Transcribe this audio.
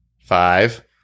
Five